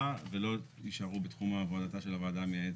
ולא יישארו בתחום עבודתה של הוועדה המייעצת.